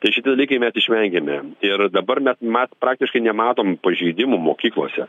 tai šiti dalykai mes išvengiame ir dabar mes mes praktiškai nematom pažeidimų mokyklose